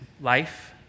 life